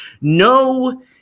No